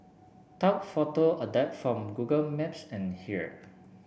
top photo adapted from Google Maps and here